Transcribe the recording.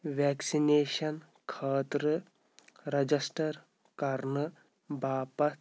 vaccination خٲطرٕ register کرنہٕ باپتھ